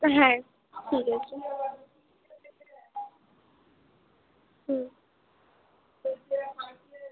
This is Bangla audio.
হ্যাঁ ঠিক আছে হুম